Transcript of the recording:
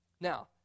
Now